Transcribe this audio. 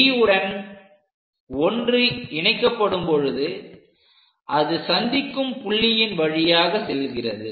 D உடன் 1' இணைக்கப்படும் பொழுது அது சந்திக்கும் புள்ளியின் வழியாக செல்கிறது